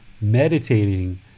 meditating